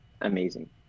Amazing